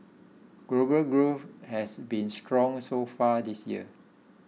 global growth has been strong so far this year